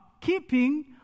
keeping